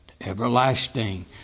Everlasting